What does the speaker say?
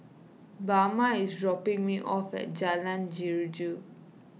Bama is dropping me off at Jalan Jeruju